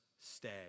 stay